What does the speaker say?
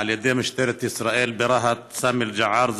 על ידי משטרת ישראל ברהט סאמי אל-ג'עאר,